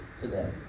today